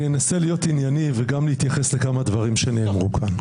אני אנסה להיות ענייני וגם להתייחס לכמה דברים שנאמרו כאן.